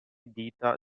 dita